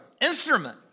instrument